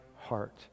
heart